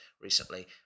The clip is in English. recently